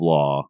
Law